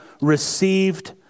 received